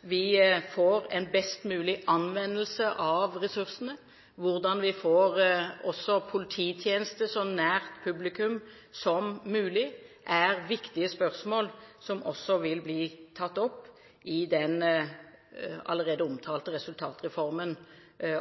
vi får en best mulig anvendelse av ressursene, og hvordan vi får en polititjeneste så nær publikum som mulig, er viktige spørsmål som også vil bli tatt opp i den allerede omtalte resultatreformen,